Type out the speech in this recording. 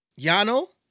Yano